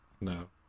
No